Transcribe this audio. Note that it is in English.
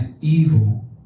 evil